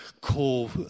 call